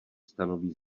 stanoví